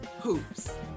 hoops